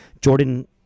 Jordan